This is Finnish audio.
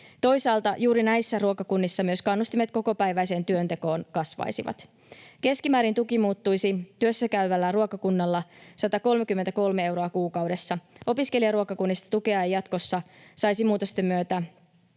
Toisaalta juuri näissä ruokakunnissa myös kannustimet kokopäiväiseen työntekoon kasvaisivat. Keskimäärin tuki muuttuisi työssäkäyvällä ruokakunnalla 133 euroa kuukaudessa. Opiskelijaruokakunnista tukea ei jatkossa saisi muutosten myötä